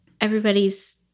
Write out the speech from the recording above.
everybody's